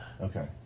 Okay